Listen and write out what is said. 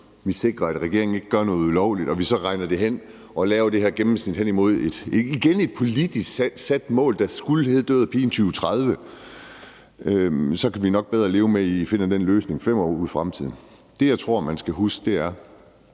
vi sikrer, at regeringen ikke gør noget ulovligt, og vi så regner det hen og laver det her gennemsnit hen imod igen et politisk sat mål, der død og pine skulle hedde 2030, så kan vi nok bedre leve med, at I finder den løsning 5 år ude i fremtiden. Det, jeg tror man skal huske, er,